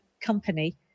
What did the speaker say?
company